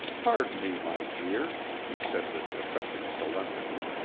pardon me, my dear, he said with affected solemnity,